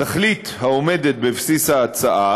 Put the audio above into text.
התכלית העומדת בבסיס ההצעה